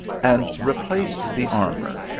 and replaced the armour,